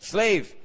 Slave